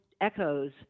echoes